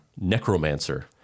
necromancer